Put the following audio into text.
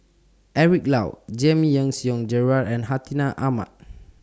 Eric Low Giam Yean Song Gerald and Hartinah Ahmad